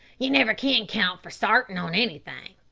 ye niver can count for sartin on anythin'.